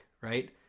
Right